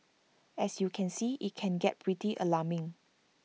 as you can see IT can get pretty alarming